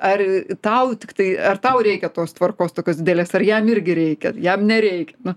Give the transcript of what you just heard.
ar tau tiktai ar tau reikia tos tvarkos tokios didelės ar jam irgi reikia jam nereikia nu